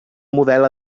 model